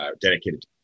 dedicated